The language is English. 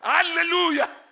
Hallelujah